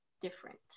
different